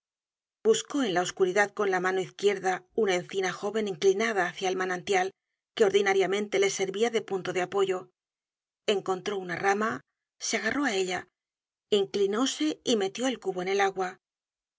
buscó en la oscuridad con la mano izquierda una encina jóven inclinada hácia el manantial que ordinariamente le servia de punto de apoyo encontró una rama se agarró á ella inclinóse y metió el cubo en el agua